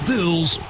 Bills